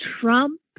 Trump